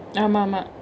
ஆமா ஆமா:aamaa aamaa